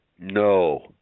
No